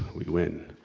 we win.